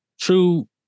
true